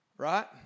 Right